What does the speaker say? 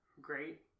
great